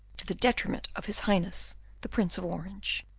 to the detriment of his highness the prince of orange.